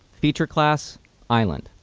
feature class island.